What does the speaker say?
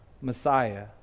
Messiah